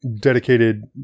dedicated